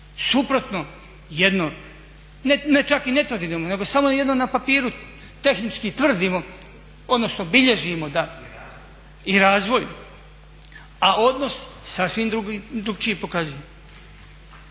suprotno jedno, čak ni ne tvrdimo nego samo jedino na papiru tehnički tvrdimo odnosno bilježimo i razvoju, a odnos sasvim drugačije pokazuje.